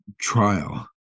trial